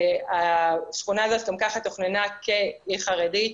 השכונה הזאת גם ככה תוכננה כעיר חרדית,